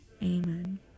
Amen